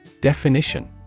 definition